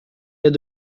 est